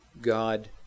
God